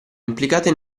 implicate